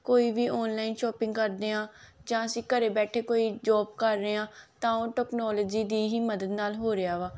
ਕੋਈ ਵੀ online shopping ਕਰਦੇ ਹਾਂ ਜਾਂ ਅਸੀਂ ਘਰੇ ਬੈਠੇ ਕੋਈ ਜੋਬ ਕਰ ਰਹੇ ਹਾਂ ਤਾਂ ਉਹ ਟੈਕਨੋਲੋਜੀ ਦੀ ਹੀ ਮਦਦ ਨਾਲ ਹੋ ਰਿਹਾ ਵਾ